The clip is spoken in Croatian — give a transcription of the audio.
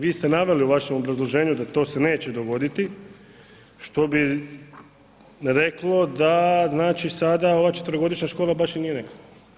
Vi ste naveli u vašem obrazloženju da to se neće dogoditi što bi rekli da znači sada ova četverogodišnja škola baš i nije neka.